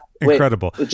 Incredible